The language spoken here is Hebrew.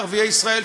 חוץ מערביי ישראל,